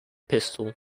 pistol